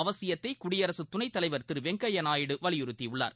அவசித்தையும் குடியரசுத் துணைத்தலைவர் திருவெங்கையாநாயுடு வலியுறுத்தியுள்ளார்